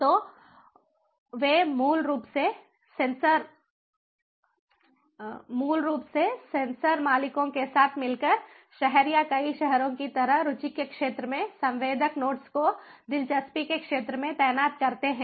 तो वे मूल रूप से सेंसर मालिकों के साथ मिलकर शहर या कई शहरों की तरह रुचि के क्षेत्र में संवेदक नोड्स को दिलचस्पी के क्षेत्र में तैनात करते हैं